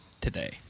today